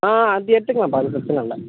ஆ ஆ அது எடுத்துக்கலாப்பா அது பிரச்சின இல்லை